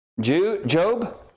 Job